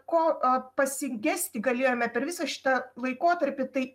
ko pasigesti galėjome per visą šitą laikotarpį tai